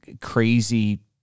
crazy